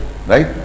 Right